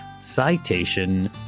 Citation